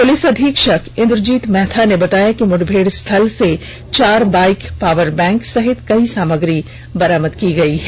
police अधीक्षक इन्द्रजीत महथा ने बताया कि मुठभेड़ स्थल से चार बाईक पावर बैंक सहित कई सामग्री बरामद की गयी है